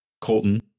Colton